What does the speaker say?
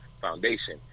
foundation